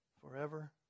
Forever